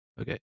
Okay